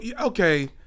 okay